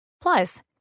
plus